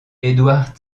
édouard